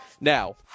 Now